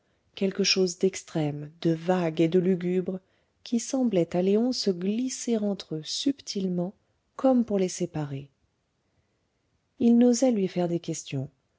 quelque chose d'extrême de vague et de lugubre qui semblait à léon se glisser entre eux subtilement comme pour les séparer il n'osait lui faire des questions